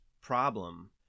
problem